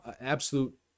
absolute